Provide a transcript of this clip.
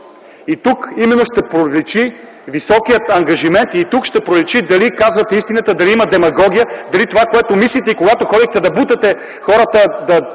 тук ще проличи високият ангажимент и дали казвате истината, дали има демагогия, дали това, което мислите, когато ходихте да бутате хората да